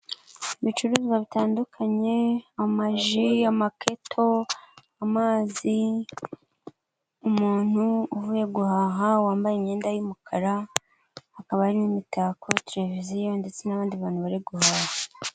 Ibicuruzwa bitandukanye amaji, amaketo, amazi, umuntu uvuye guhaha wambaye imyenda y'umukara, hakaba hari n'imitako, televiziyo ndetse n'abandi bantu bari guhaha.